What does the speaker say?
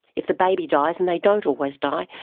if the baby dies, and they don't always die,